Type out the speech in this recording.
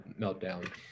meltdown